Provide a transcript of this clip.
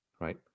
right